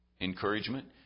encouragement